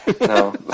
no